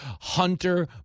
Hunter